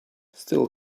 still